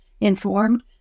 informed